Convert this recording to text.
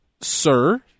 Sir